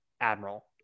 admiral